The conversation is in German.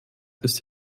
ist